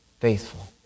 faithful